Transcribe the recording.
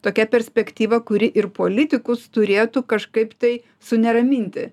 tokia perspektyva kuri ir politikus turėtų kažkaip tai suneraminti